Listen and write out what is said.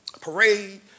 parade